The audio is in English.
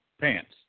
pants